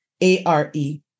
A-R-E